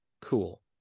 cool